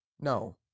no